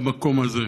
במקום הזה.